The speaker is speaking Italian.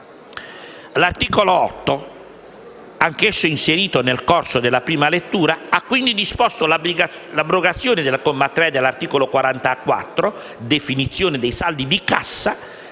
L'articolo 8, anch'esso inserito nel corso della prima lettura, ha disposto l'abrogazione del comma 3 dell'articolo 44 («Definizione dei saldi di cassa»)